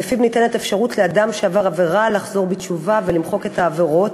שלפיו ניתנת אפשרות לאדם שעבר עבירה לחזור בתשובה ולמחוק את העבירות.